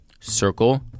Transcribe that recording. Circle